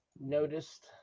noticed